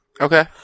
okay